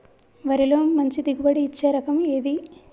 వరిలో మంచి దిగుబడి ఇచ్చే రకం ఏది?